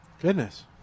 Goodness